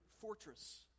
fortress